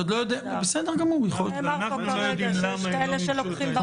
אנחנו לא יודעים למה הם לא מימשו.